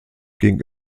ging